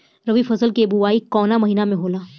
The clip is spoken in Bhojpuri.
रबी फसल क बुवाई कवना महीना में होला?